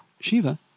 Shiva